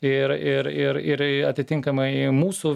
ir ir ir ir atitinkamai mūsų